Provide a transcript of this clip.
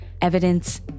evidence